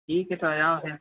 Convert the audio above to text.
एक ही तो आया है